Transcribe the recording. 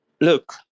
Look